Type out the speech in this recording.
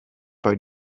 bei